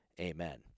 Amen